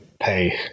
pay